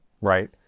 right